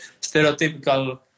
stereotypical